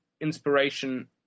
inspiration